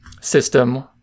system